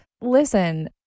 Listen